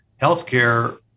healthcare